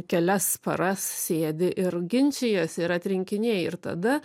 kelias paras sėdi ir ginčijies ir atrinkinėji ir tada